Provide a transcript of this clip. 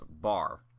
bar